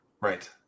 Right